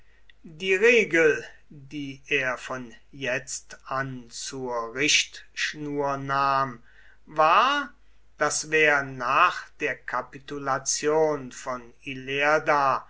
die regel die er von jetzt an zur richtschnur nahm war daß wer nach der kapitulation von ilerda